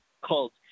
called